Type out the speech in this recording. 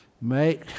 make